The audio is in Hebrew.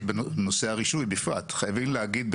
חייבים להגיד,